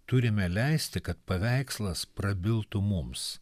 turime leisti kad paveikslas prabiltų mums